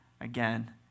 again